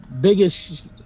biggest